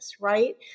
right